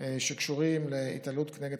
שקשורים להתעללות נגד